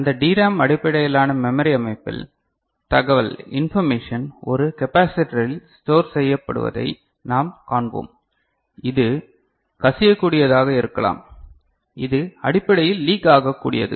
அந்த டிராம் அடிப்படையிலான மெமரி அமைப்பில் தகவல் இன்பர்மேக்ஷன் ஒரு கெபாசிட்டரில் ஸ்டோர் செய்யப்ப்படுவதை நாம் காண்போம் இது கசியக்கூடியதாக இருக்கலாம் இது அடிப்படையில் லீக் ஆகக்கூடியது